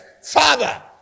father